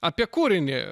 apie kūrinį